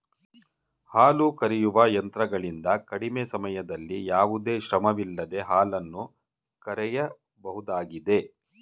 ಹಾಲು ಕರೆಯುವ ಯಂತ್ರಗಳಿಂದ ಕಡಿಮೆ ಸಮಯದಲ್ಲಿ ಯಾವುದೇ ಶ್ರಮವಿಲ್ಲದೆ ಹಾಲನ್ನು ಕರೆಯಬಹುದಾಗಿದೆ